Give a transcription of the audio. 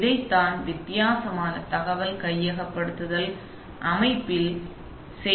எனவே இதைத்தான் வித்தியாசமான தகவல் கையகப்படுத்தல் அமைப்பில் செய்கிறீர்கள்